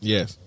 Yes